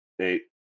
Eight